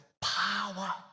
power